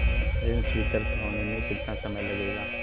ऋण स्वीकृत होने में कितना समय लगेगा?